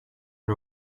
and